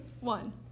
one